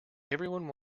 everyone